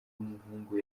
w’umuhungu